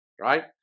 right